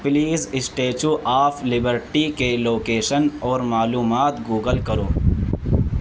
please Statue of Liberty کے location اور معلومات گوگل کرو